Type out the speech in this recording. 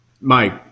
mike